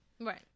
Right